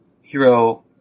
Hero